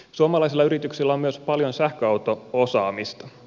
suomalaisilla yrityksillä on myös paljon sähköauto osaamista